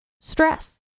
Stress